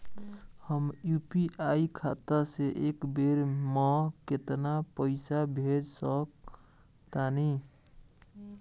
हम यू.पी.आई खाता से एक बेर म केतना पइसा भेज सकऽ तानि?